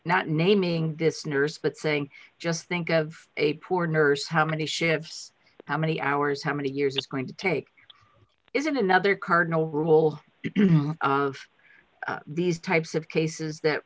not naming this nurse but saying just think of a poor nurse how many ships how many hours how many years it's going to take isn't another cardinal rule of these types of cases that